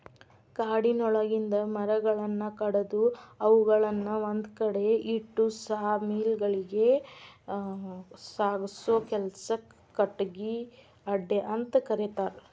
ಕಾಡಿನೊಳಗಿಂದ ಮರಗಳನ್ನ ಕಡದು ಅವುಗಳನ್ನ ಒಂದ್ಕಡೆ ಇಟ್ಟು ಸಾ ಮಿಲ್ ಗಳಿಗೆ ಸಾಗಸೋ ಕೆಲ್ಸಕ್ಕ ಕಟಗಿ ಅಡ್ಡೆಅಂತ ಕರೇತಾರ